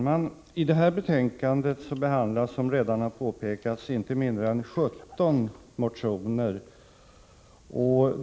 Fru talman! I detta betänkande behandlas, som redan har påpekats, inte mindre än 17 motioner.